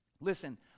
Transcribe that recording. Listen